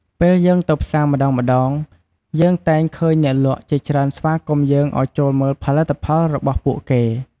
ពេលយើងទៅផ្សារម្តងៗ យើងតែងឃើញអ្នកលក់ជាច្រើនស្វាគមន៍យើងឲ្យចូលមើលផលិតផលរបស់ពួកគេ។